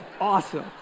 Awesome